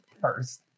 first